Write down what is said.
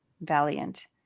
valiant